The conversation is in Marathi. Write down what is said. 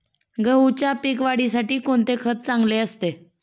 गहूच्या पीक वाढीसाठी कोणते खत चांगले असते?